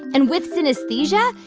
and with synesthesia,